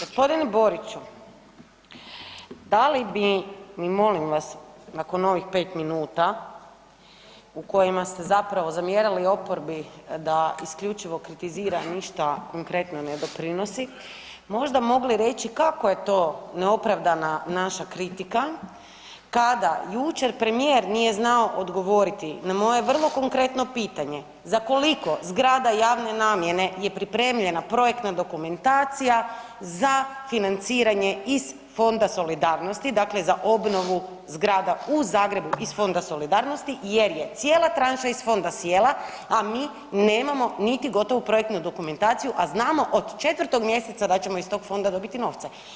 Gospodine Boriću, da li bi mi molim vas nakon ovih pet minuta u kojima ste zapravo zamjerali oporbi da isključivo kritizira, ništa konkretno ne doprinosi možda mogli reći kako je to neopravdana naša kritika kada jučer premijer nije znao odgovoriti na moje vrlo konkretno pitanje, za koliko zgrada javne namjene je pripremljena projektna dokumentacija za financiranje iz Fonda solidarnosti, dakle za obnovu zgrada u Zagrebu iz Fonda solidarnosti jer je cijela tranša iz fonda sjela, a mi nemamo niti gotovu projektnu dokumentaciju, a znamo od 4. mjeseca da ćemo iz tog fonda dobiti novce.